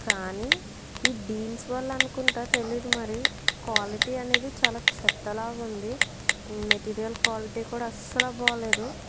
కానీ ఈ డీల్స్ వల్ల అనుకుంట తెలియదు మరి క్వాలిటీ అనేది చాలా చెత్తలాగుంది మెటీరియల్ క్వాలిటీ కూడా అస్సలు బాగాలేదు